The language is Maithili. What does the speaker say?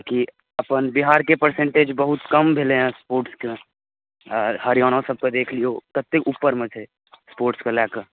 जेकि अपन बिहारके परसेन्टेज बहुत कम भेलै हँ स्पोर्ट्सके हरियाणा सबके देख लिऔ कतेक उपरमे छै स्पोर्ट्सके लऽ कऽ